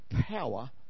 power